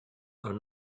are